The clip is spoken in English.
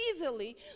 easily